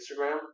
Instagram